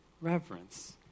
reverence